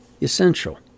essential